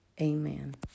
amen